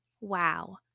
Wow